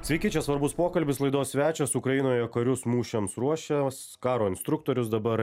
sveiki čia svarbus pokalbis laidos svečias ukrainoje karius mūšiams ruošęs karo instruktorius dabar